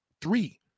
Three